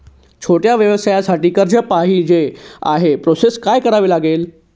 छोट्या व्यवसायासाठी कर्ज पाहिजे आहे प्रोसेस काय करावी लागेल?